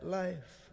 life